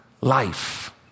life